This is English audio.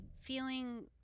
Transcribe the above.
feeling